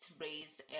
raised